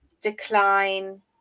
decline